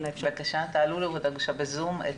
בבקשה, תעלו אותה בבקשה בזום.